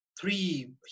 three